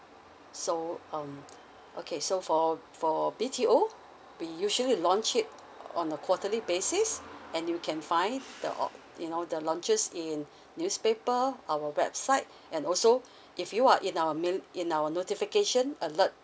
so um okay so for for B_T_O we usually launch it on a quarterly basis and you can find the o~ you know the launches in newspaper our website and also if you are in our mail in our notification alert